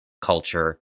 culture